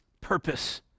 purpose